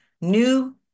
new